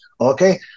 okay